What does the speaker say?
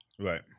right